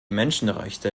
menschenrechte